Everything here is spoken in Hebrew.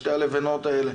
שתי הלבנות האלה,